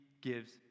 gives